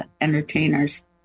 entertainers